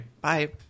Bye